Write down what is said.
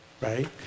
right